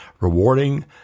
rewarding